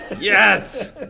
Yes